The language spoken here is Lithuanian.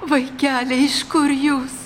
vaikeli iš kur jūs